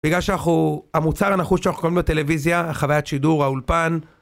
בגלל שאנחנו, המוצר הנחות שאנחנו קוראים לו טלוויזיה, החוויית שידור, האולפן.